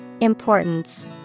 Importance